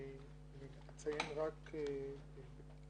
אני רק אציין בקצרה